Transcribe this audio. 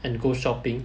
and go shopping